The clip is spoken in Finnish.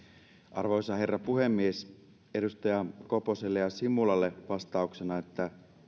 arvoisa herra puhemies edustaja koposelle ja edustaja simulalle vastauksena